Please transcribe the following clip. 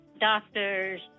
doctors